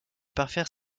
parfaire